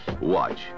watch